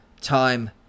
time